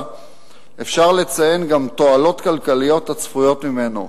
אפשר לציין תועלות כלכליות הצפויות ממנו,